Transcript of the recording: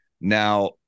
now